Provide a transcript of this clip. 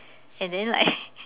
and then like